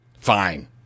Fine